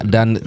Dan